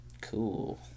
Cool